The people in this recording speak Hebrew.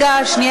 התשע"ו